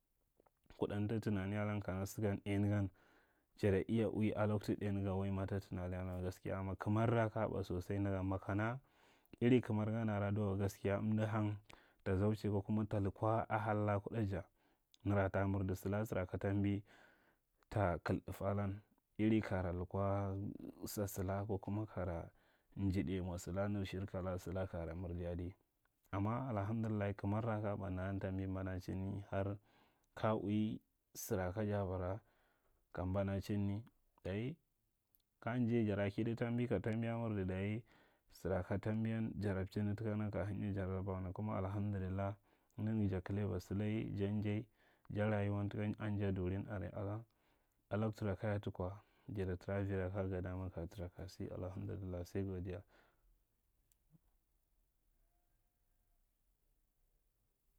Kuɗa anda tunani alan, kana sagan ɗai uyi gan ja da iya ui a loktu ɗai nyi gan waima ta tunani alan wa gaskiya, amma kamarra kaja ɓa sosai nda gan, makana irin kamar gan nda waka gaskiya amdo hang ta zanche ko kuma ta a halla kuɗa ja nara ta marda salla nara ka tambi ta kai ɗata alan. Iri kaya lukwa sa salaka ko kuma kayara njidai mwa sala nir shirka la kayara mirdi adi. Amma alhamdillillahi, kamarra kaya ɓa nda yan tambi mbanachinai har kaya ui sara kaja bara, ka mbanachinni. Dayi ka njai jara kada tambi, ka tambiya marda, dayi sara ka tambiyan jarabchinni takan ka hanya jaraban, kuma alhamdullallah. Nanaga ja kalaiba sulai ja njai, ja rayuwan taka a nja durin are, aka, a taktura kaja tukwa jada tara avira kaya ga dam aka ja tara, kaya sa, alhandulillah sai godiya.